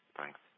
Thanks